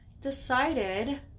Decided